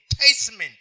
enticement